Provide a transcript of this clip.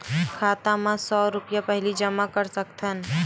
खाता मा सौ रुपिया पहिली जमा कर सकथन?